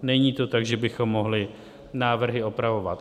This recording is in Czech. Není to tak, že bychom mohli návrhy opravovat.